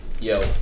Yo